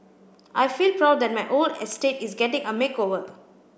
I feel proud that my old estate is getting a makeover